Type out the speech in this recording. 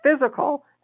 physical